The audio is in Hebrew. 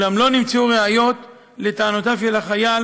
אולם לא נמצאו ראיות לטענותיו של החייל